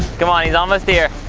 come on, he's almost here.